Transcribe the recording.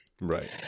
right